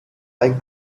like